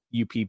UPP